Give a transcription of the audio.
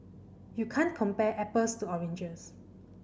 you can't compare apples to oranges